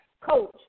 Coach